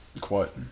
quote